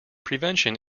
prevention